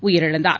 உயிரிழந்தார்